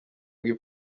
rw’i